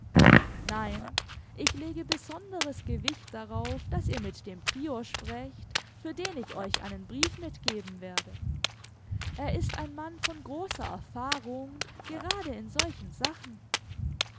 nein ich lege besonderes gewicht darauf daß ihr mit dem prior sprecht für den ich euch einen brief mitgeben werde er ist ein mann von großer erfahrung gerade in solchen sachen